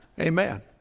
Amen